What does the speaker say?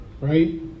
right